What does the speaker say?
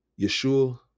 Yeshua